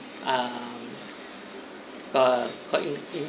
ah quite in~